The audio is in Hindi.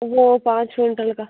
वो पाँच क्विंटल का